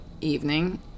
evening